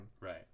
Right